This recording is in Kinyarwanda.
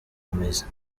mizi